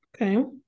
Okay